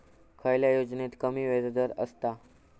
खयल्या योजनेत कमी व्याजदर असता?